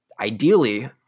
ideally